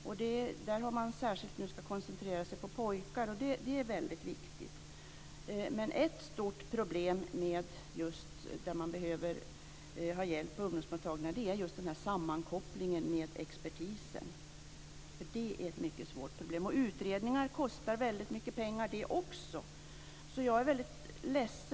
Där ska man särskilt koncentrera sig på pojkar. Det är väldigt viktigt. Ett stort problem där man behöver ha hjälp på ungdomsmottagningar gäller just sammankopplingen med expertisen. Det är ett mycket svårt problem. Utredningar kostar också mycket pengar.